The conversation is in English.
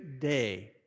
day